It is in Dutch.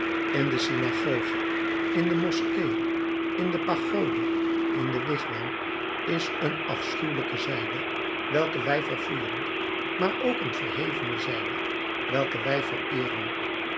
in de synagoge in de moskee in de pagode in de wigwam is een afschuwelijke zijde welke wij verfoeien maar ook een verhevene zijde welke wij